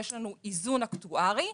יש לנו איזון אקטוארי,